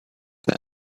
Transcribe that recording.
them